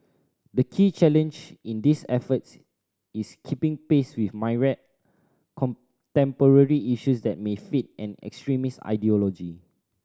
the key challenge in these efforts is keeping pace with myriad contemporary issues that may feed an extremist ideology